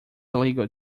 illegal